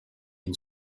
une